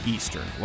Eastern